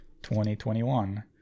2021